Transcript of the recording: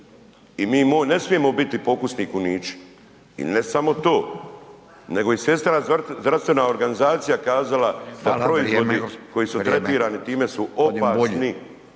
I mi ne smijemo biti pokusno kunići i ne samo to, nego i Svjetska zdravstvena organizacija je kazala da proizvodi koji su tretirani time su opasni